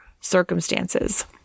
circumstances